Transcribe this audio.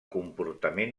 comportament